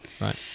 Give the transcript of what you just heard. Right